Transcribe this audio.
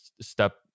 step